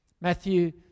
Matthew